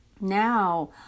Now